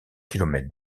kilomètres